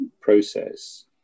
process